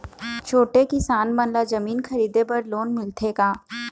छोटे किसान मन ला जमीन खरीदे बर लोन मिलथे का?